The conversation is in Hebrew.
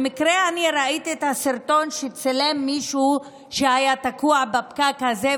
במקרה אני ראיתי את הסרטון שצילם מישהו שהיה תקוע בפקק הזה,